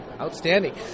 Outstanding